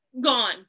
gone